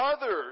others